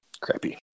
Crappy